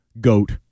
goat